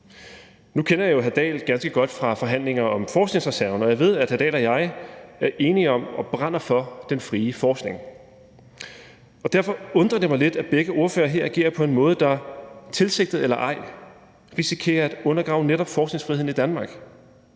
Nu kender jeg jo hr. Henrik Dahl ganske godt fra forhandlinger om forskningsreserven, og jeg ved, at hr. Henrik Dahl og jeg er enige om og brænder for den frie forskning. Derfor undrer det mig lidt, at begge ordførere her agerer på en måde, der – tilsigtet eller ej – risikerer at undergrave netop forskningsfriheden i Danmark.